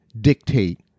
dictate